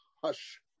Hush